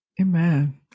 Amen